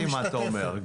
הבנתי מה אתה אומר.